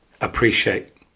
appreciate